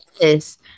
yes